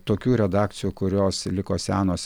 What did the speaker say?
tokių redakcijų kurios liko senos